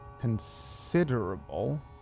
considerable